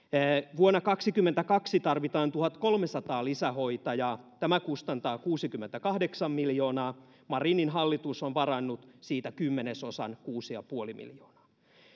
vuonna kaksituhattakaksikymmentäkaksi tarvitaan tuhatkolmesataa lisähoitajaa tämä kustantaa kuusikymmentäkahdeksan miljoonaa marinin hallitus on varannut siitä kymmenesosan kuusi pilkku viisi miljoonaa